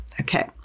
Okay